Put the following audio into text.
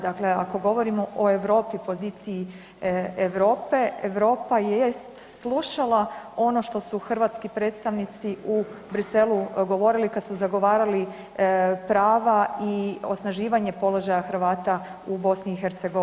Dakle, ako govorimo o Europi, poziciji Europe, Europa jest slušala ono što su hrvatski predstavnici u Bruxellesu govorili kad su zagovarali prava i osnaživanje položaja Hrvata u Bosni i Hercegovini.